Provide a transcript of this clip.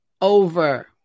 over